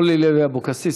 אורלי לוי אבקסיס,